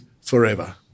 forever